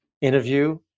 interview